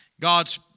God's